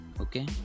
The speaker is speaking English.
Okay